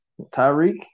Tyreek